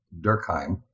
Durkheim